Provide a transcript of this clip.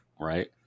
Right